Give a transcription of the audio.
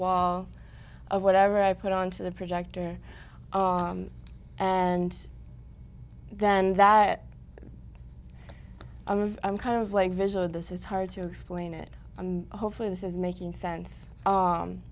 wall of whatever i put onto the projector and then that i'm kind of like visual this is hard to explain it hopefully this is making sense